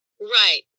Right